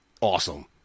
awesome